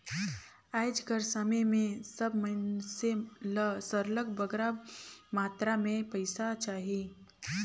आएज कर समे में सब मइनसे ल सरलग बगरा मातरा में पइसा चाही